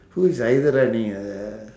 who is uh